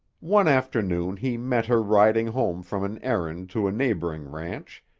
one afternoon he met her riding home from an errand to a neighboring ranch,